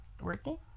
Working